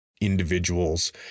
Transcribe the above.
individuals